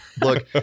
Look